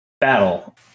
battle